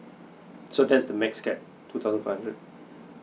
so that's the max cap two thousand five hundred